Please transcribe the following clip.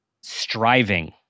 striving